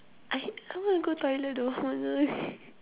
I I want to go toilet though